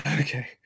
Okay